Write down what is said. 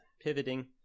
pivoting